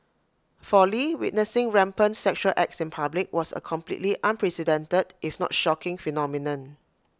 for lee witnessing rampant sexual acts in public was A completely unprecedented if not shocking phenomenon